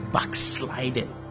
Backsliding